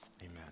Amen